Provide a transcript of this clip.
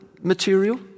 material